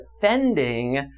defending